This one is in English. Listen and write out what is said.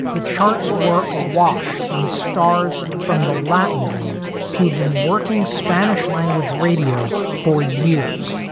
the charts were awash in stars from the latin world, who'd been working spanish language radio for years,